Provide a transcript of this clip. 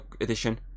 edition